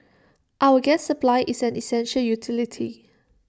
our gas supply is an essential utility